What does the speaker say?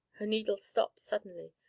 her needle stopped suddenly,